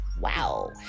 wow